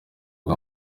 bwa